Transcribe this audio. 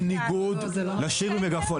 לא, זה לא נכון.